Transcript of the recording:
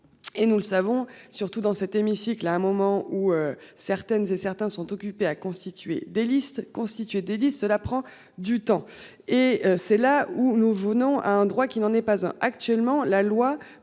Et nous le savons, surtout dans cet hémicycle à un moment où certaines et certains sont occupés à constituer des listes constituées. Cela prend du temps et c'est là où nous venons à un droit qui n'en est pas hein. Actuellement, la loi